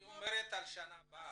היא אומרת על השנה הבאה.